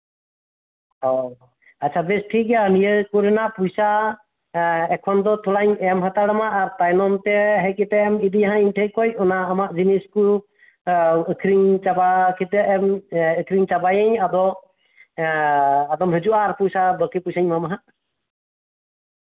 ᱚ ᱟᱪᱪᱷᱟ ᱴᱷᱤᱠ ᱜᱮᱭᱟ ᱵᱮᱥ ᱱᱤᱭᱟᱹ ᱠᱚᱨᱮᱱᱟᱜ ᱯᱚᱭᱥᱟ ᱮᱠᱷᱚᱱ ᱫᱚ ᱛᱷᱚᱲᱟᱧ ᱮᱢ ᱦᱟᱛᱟᱲᱟᱢᱟ ᱟᱨ ᱛᱟᱭᱚᱢ ᱛᱮ ᱦᱟᱸᱜ ᱮᱢ ᱤᱫᱤᱭᱟ ᱤᱧ ᱴᱷᱮᱡ ᱠᱷᱩᱡ ᱚᱱᱟ ᱟᱢᱟᱜ ᱡᱤᱱᱤᱥ ᱠᱩ ᱮᱸ ᱟᱹᱠᱷᱨᱤᱧ ᱪᱟᱵᱟ ᱠᱟᱛᱮ ᱮᱸ ᱟᱹᱠᱷᱨᱤᱧ ᱪᱟᱵᱟᱹᱭᱟᱹᱧ ᱟᱫᱚ ᱟᱫᱚᱢ ᱦᱤᱡᱩᱜᱼᱟ ᱯᱚᱭᱥᱟ ᱵᱟᱠᱤ ᱯᱚᱭᱥᱟᱹᱧ ᱮᱢᱟᱢᱟ ᱦᱟᱸᱜ